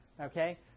okay